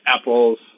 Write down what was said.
apples